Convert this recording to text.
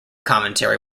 commentary